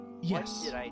Yes